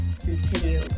continue